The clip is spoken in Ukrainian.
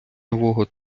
нового